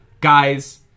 guys